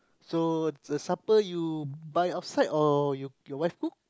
so the supper you buy outside or your your wife cook